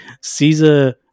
Caesar